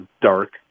dark